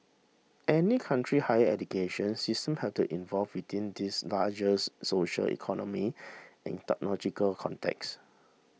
any country's higher education system has to involve within these social economy and technological contexts